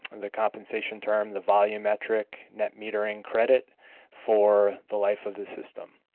and the compensation term, the volumetric net metering credit for the life of the system.